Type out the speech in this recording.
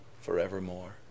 forevermore